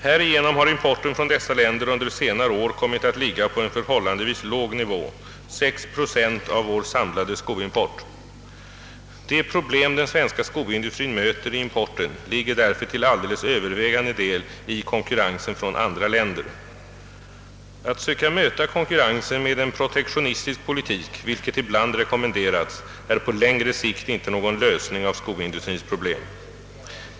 Härigenom har importen från dessa länder under senare år kommit att ligga på en förhållandevis låg nivå, 6 procent av vår samlade skoimport. De problem den svenska skoindustrin möter i importen ligger därför till alldeles övervägande del i konkurrensen från andra länder. Att söka möta konkurrensen med en protektionistisk politik, vilket ibland rekommenderats, är på längre sikt inte någon lösning av skoindustrins problem.